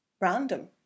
random